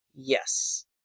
Yes